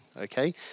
okay